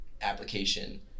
application